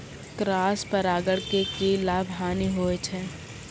Cross परागण के की लाभ, हानि होय छै?